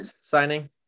signing